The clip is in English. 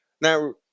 Now